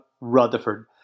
Rutherford